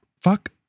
fuck